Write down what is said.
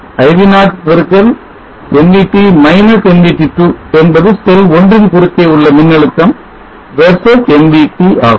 i v0 x nvt - nvt 2 என்பது செல் 1 ன் குறுக்கே உள்ள மின்னழுத்தம் versus nvt ஆகும்